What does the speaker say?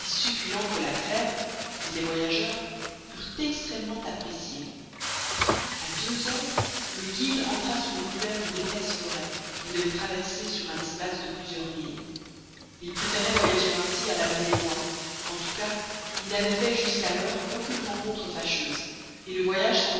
succulents que la crème disent les voyageurs furent extrêmement appréciés a deux heures le guide entra sous le couvert d'une épaisse forêt qu'il devait traverser sur un espace de plusieurs milles il préférait voyager ainsi à l'abri des bois en tout cas il n'avait fait jusqu'alors aucune rencontre fâcheuse et le voyage